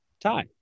tie